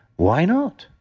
why not?